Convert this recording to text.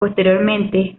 posteriormente